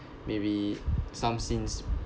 maybe some scenes